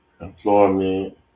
employment